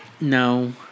No